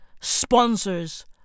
sponsors